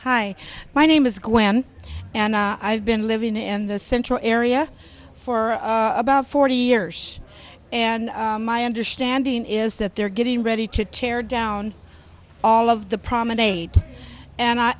hi my name is glenn and i've been living in the central area for about forty years and my understanding is that they're getting ready to tear down all of the promenade and i